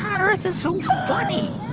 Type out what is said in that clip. on earth is so funny?